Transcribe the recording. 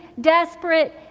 desperate